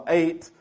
eight